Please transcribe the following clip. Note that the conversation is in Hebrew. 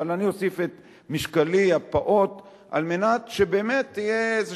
אבל אני אוסיף את משקלי הפעוט כדי שבאמת תהיה איזו